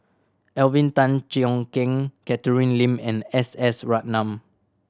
Alvin Tan Cheong Kheng Catherine Lim and S S Ratnam